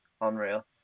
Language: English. unreal